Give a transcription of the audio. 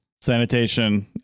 sanitation